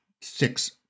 six